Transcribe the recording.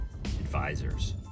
advisors